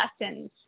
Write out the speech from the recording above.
lessons